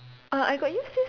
uh I got use this